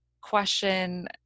question